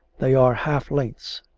they are half-lengths,